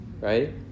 right